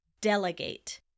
delegate